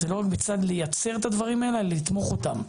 זה לא רק בצד לייצר את הדברים האלה, לתמוך אותם.